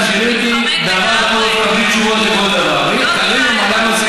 כשאני שואלת אותך על קרנות הפנסיה ודמי הניהול אתה מתחמק